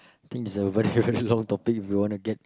I think it's a very very long topic if you wanna get